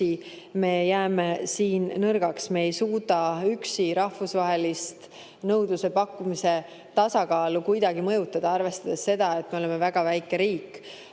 me jääme siin nõrgaks, me ei suuda üksi rahvusvahelist nõudluse-pakkumise tasakaalu kuidagi mõjutada, arvestades seda, et me oleme väga väike riik.